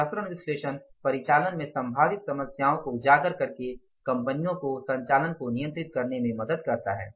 विचरण विश्लेषण परिचालन में संभावित समस्याओं को उजागर करके कंपनियों को संचालन को नियंत्रित करने में मदद करता है